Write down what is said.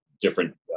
different